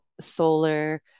solar